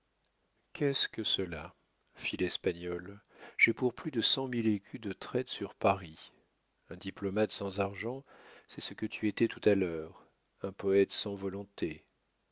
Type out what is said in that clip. qu'est-ce que cela fit l'espagnol j'ai pour plus de cent mille écus de traites sur paris un diplomate sans argent c'est ce que tu étais tout à l'heure un poète sans volonté